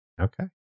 okay